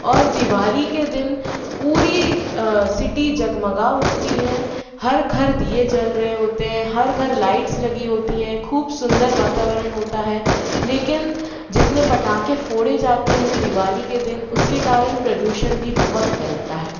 और दिवाली के दिन पूरी सिटी जगमगा उठती है हर घर दिए जल रहे होते हैं हर घर लाइट्स लगी होती हैं ख़ूब सुंदर वातावरण होता है लेकिन जितने पटाके फोड़े जाते हैं दिवाली के दिन उसके कारण प्रदूषण भी बहुत फैलता है